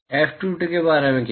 F22 के बारे में क्या